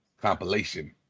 compilation